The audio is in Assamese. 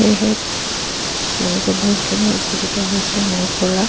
সেয়েহে তেওঁলোকে বহুতখিনি উপকৃত হৈছে মোৰপৰা